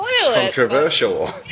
controversial